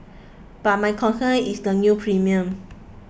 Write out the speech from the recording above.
but my concern is the new premiums